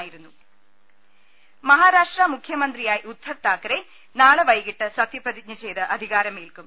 രുട്ടിട്ട്ട്ട്ട്ട്ട മഹാരാഷ്ട്ര മുഖ്യമന്ത്രിയായി ഉദ്ധവ് താക്കറെ നാളെ വൈകീട്ട് സത്യ പ്രതിജ്ഞ ചെയ്ത് അധികാരമേൽക്കും